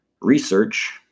research